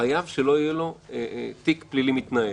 חייב שלא יהיה תיק לו פלילי מתנהל.